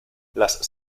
las